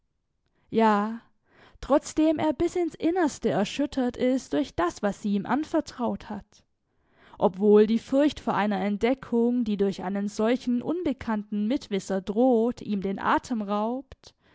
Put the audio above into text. ja trotzdem er bis ins innerste erschüttert ist durch das was sie ihm anvertraut hat obwohl die furcht vor einer entdeckung die durch einen solchen unbekannten mitwisser droht ihm den atem raubt